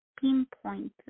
pinpoint